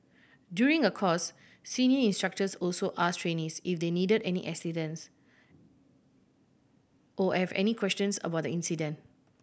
during a course senior instructors also asked trainees if they needed any assistance or have any questions about the incident